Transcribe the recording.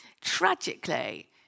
tragically